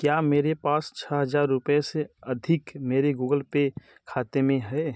क्या मेरे पास छः हज़ार रुपये से अधिक मेरे गूगल पे खाते में हैं